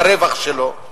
הרווח שלו.